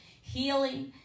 healing